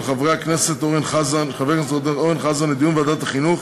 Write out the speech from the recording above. לדיון בוועדת החינוך,